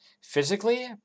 physically